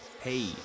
Hey